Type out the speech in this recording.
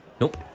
Nope